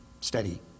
steady